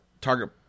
Target